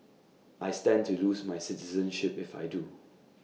I stand to lose my citizenship if I do